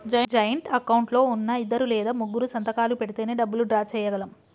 joint account లో ఉన్నా ఇద్దరు లేదా ముగ్గురూ సంతకాలు పెడితేనే డబ్బులు డ్రా చేయగలం